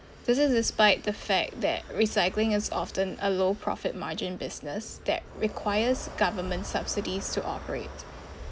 this is despite the fact that recycling is often a low profit margin business that requires government subsidies to operate